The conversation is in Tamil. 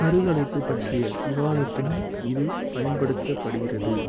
கருக்கலைப்பு பற்றிய விவாதத்திலும் இது பயன்படுத்தப்படுகிறது